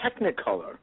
technicolor